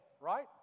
right